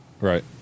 Right